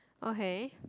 okay